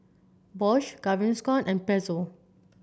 Bosch Gaviscon and Pezzo